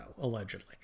allegedly